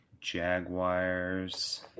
Jaguars